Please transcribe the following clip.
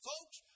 Folks